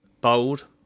bold